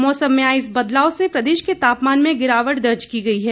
मौसम में आए इस बदलाव से प्रदेश के तापमान में गिरावट भी दर्ज की गई है